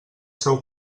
seu